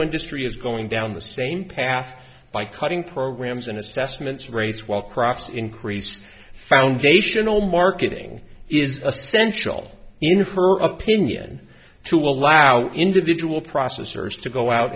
industry is going down the same path by cutting programs and assessments rates while crops increased foundational marketing is essential in her opinion to allow individual processors to go out